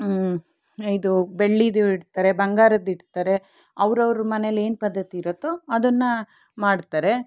ಇದು ಬೆಳ್ಳೀದೂ ಇಡ್ತಾರೆ ಬಂಗಾರದ್ದಿಡ್ತಾರೆ ಅವರವ್ರ ಮನೇಲಿ ಏನು ಪದ್ಧತಿ ಇರುತ್ತೋ ಅದನ್ನು ಮಾಡ್ತಾರೆ